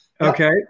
Okay